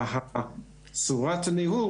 וצורת הניהול,